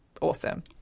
awesome